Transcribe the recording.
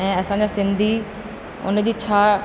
ऐं असांजा सिंधी उन जी छा